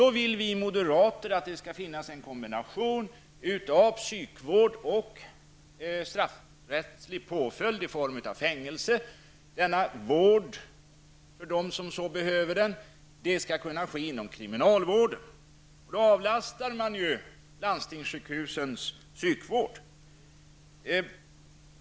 Då vill vi moderater att det skall finnas en kombination av psykvård och straffrättslig påföljd i form av fängelse. Denna vård, för dem som behöver den, skall kunna ges inom kriminalvården. Då avlastar man ju landstingssjukhusens psykvård.